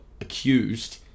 accused